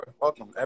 Welcome